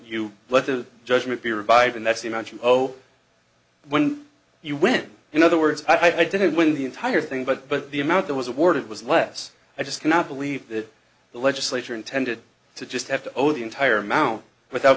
you let the judgment be revived and that's the amount you owe when you win in other words i didn't win the entire thing but the amount that was awarded was less i just cannot believe that the legislature intended to just have to over the entire amount without